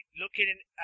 looking